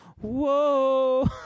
Whoa